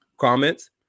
comments